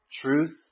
truth